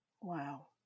Wow